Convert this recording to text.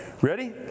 Ready